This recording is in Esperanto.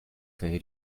kaj